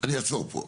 אני אעצור פה.